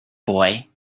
boy